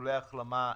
לאיחולי החלמה לגפני.